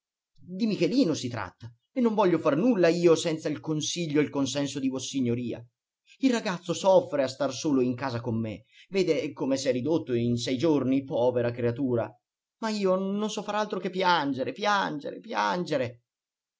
di michelino si tratta e non voglio far nulla io senza il consiglio e il consenso di vossignoria il ragazzo soffre a star solo in casa con me vede come s'è ridotto in sei giorni povera creatura ma io non so far altro che piangere piangere piangere